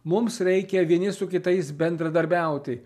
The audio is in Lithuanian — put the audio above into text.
mums reikia vieni su kitais bendradarbiauti